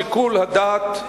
שיקול הדעת,